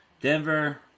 Denver